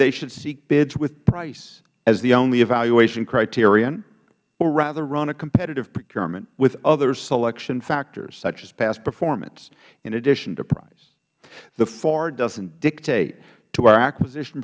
they should seek bids with price as the only evaluation criterion or rather run a competitive procurement with other selection factors such as past performance in addition to price the far doesn't dictate to our acquisition